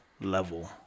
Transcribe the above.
level